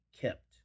kept